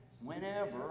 whenever